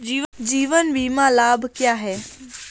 जीवन बीमा लाभ क्या हैं?